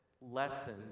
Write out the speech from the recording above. lesson